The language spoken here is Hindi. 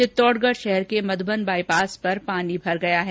चित्तौडगढ़ शहर के मध्वन बाईपास पर पानी भर गया है